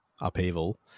upheaval